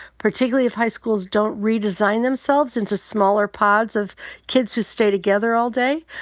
particularly if high schools don't redesign themselves into smaller pods of kids who stay together all day.